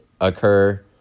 occur